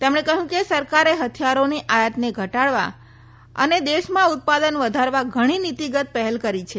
તેમણે કહ્યું કે સરકારે હથિયારોની આયાત ને ધટાડવા અને દેશમાં ઉત્પાદન વધારવા ધણી નીતીગત પહેલ કરી છે